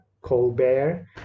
Colbert